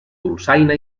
dolçaina